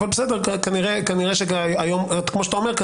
אבל כמו אתה אומר,